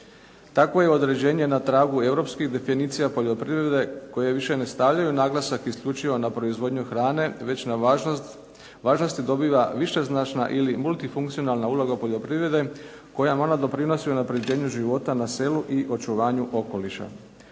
Tako je određenje na tragu europskih definicija poljoprivrede koje više ne stavljaju naglasak isključivo na proizvodnju hrane, već na važnosti dobiva višeznačna ili multifunkcionalna uloga poljoprivrede kojom ona doprinosi unapređenju života na selu i očuvanju okoliša.